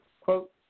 Quote